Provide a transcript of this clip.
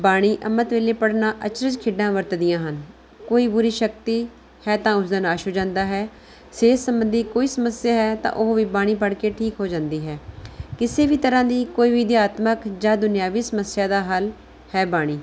ਬਾਣੀ ਅੰਮ੍ਰਿਤ ਵੇਲੇ ਪੜ੍ਹਨ ਨਾਲ ਵਰਤਦੀਆਂ ਹਨ ਕੋਈ ਬੁਰੀ ਸ਼ਕਤੀ ਹੈ ਤਾਂ ਉਸ ਦਾ ਨਾਸ਼ ਹੋ ਜਾਂਦਾ ਹੈ ਸਿਹਤ ਸੰਬੰਧੀ ਕੋਈ ਸਮੱਸਿਆ ਹੈ ਤਾਂ ਉਹ ਵੀ ਬਾਣੀ ਪੜ੍ਹ ਕੇ ਠੀਕ ਹੋ ਜਾਂਦੀ ਹੈ ਕਿਸੇ ਵੀ ਤਰਾਂ ਦੀ ਕੋਈ ਅਧਿਆਤਮਕ ਜਾਂ ਦੁਨਿਆਵੀ ਸਮੱਸਿਆ ਦਾ ਹੱਲ ਹੈ ਬਾਣੀ